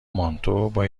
مانتو، با